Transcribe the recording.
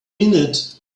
minute